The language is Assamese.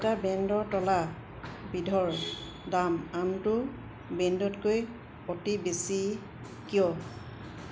এটা ব্ৰেণ্ডৰ তলাবিধৰ দাম আনটো ব্ৰেণ্ডতকৈ অতি বেছি কিয়